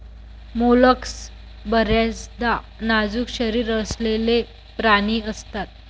mollusc बर्याचदा नाजूक शरीर असलेले प्राणी असतात